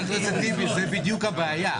חבר הכנסת טיבי, זו בדיוק הבעיה.